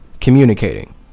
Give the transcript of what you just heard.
communicating